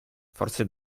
forse